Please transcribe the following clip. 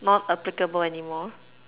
not applicable anymore